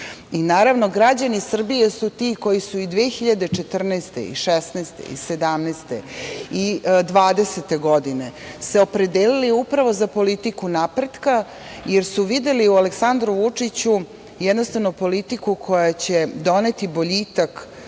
Naravno, građani Srbije su ti koji su i 2014. 2016, 2017. i 2020. godine se opredelili upravo za politiku napretka, jer su videli u Aleksandru Vučiću politiku koja će doneti boljitak